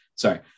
Sorry